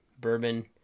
bourbon